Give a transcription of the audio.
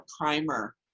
primer